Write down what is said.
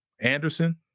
Anderson